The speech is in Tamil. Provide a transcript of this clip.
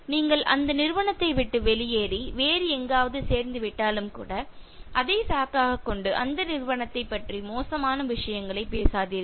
நீங்கள் அந்த நிறுவனத்தை விட்டு வெளியேறி வேறு எங்காவது சேர்ந்து விட்டாலும் கூட அதை சாக்காக கொண்டு அந்த நிறுவனத்தைப் பற்றி மோசமான விஷயங்களைப் பேசாதீர்கள்